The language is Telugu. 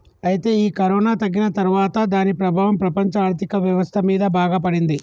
అయితే ఈ కరోనా తగ్గిన తర్వాత దాని ప్రభావం ప్రపంచ ఆర్థిక వ్యవస్థ మీద బాగా పడింది